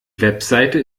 website